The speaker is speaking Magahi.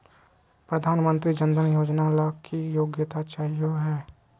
प्रधानमंत्री जन धन योजना ला की योग्यता चाहियो हे?